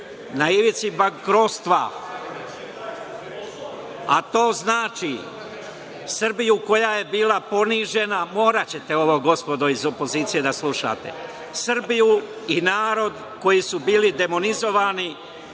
na ivici bankrotstva, a to znači Srbiju koja je bila ponižena. Moraćete ovo, gospodo iz opozicije, da slušate. Srbiju i narod koji su bili demonizovani,